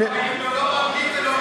אני לא מאמין לו גם בעברית.